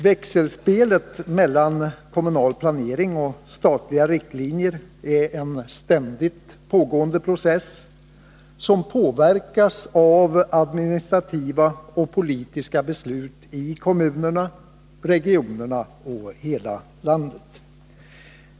Växelspelet mellan kommunal planering och statliga riktlinjer är en ständigt pågående process, som påverkas av administrativa och politiska beslut i kommunerna, regionerna och hela landet.